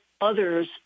others